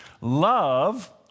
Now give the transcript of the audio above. Love